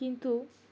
কিন্তু